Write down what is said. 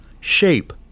shape